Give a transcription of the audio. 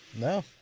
No